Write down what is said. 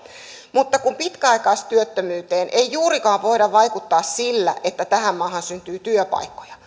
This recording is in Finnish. mutta kun pitkäaikaistyöttömyyteen ei juurikaan voida vaikuttaa sillä että tähän maahan syntyy työpaikkoja